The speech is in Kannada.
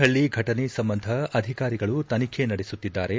ಪಳ್ಳಿ ಫಟನೆ ಸಂಬಂಧ ಅಧಿಕಾರಿಗಳು ತನಿಖೆ ನಡೆಸುತ್ತಿದ್ದಾರೆ